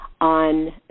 on